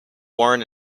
worn